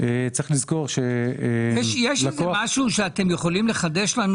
יש איזה משהו שאתם יכולים לחדש לנו?